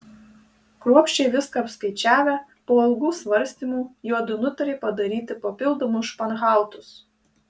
kruopščiai viską apskaičiavę po ilgų svarstymų juodu nutarė padaryti papildomus španhautus